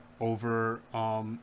over